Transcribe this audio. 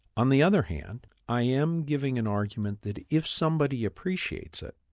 on the other hand, i am giving an argument that if somebody appreciates it,